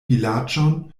vilaĝon